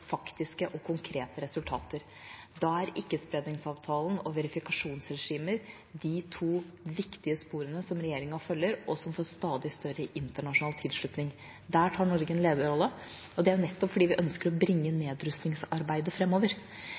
faktiske og konkrete resultater. Da er ikkespredningsavtalen og verifikasjonsregimer de to viktige sporene som regjeringa følger, og som får stadig større internasjonal tilslutning. Der tar Norge en lederrolle, og det er nettopp fordi vi ønsker å bringe